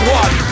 one